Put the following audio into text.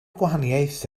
gwahaniaeth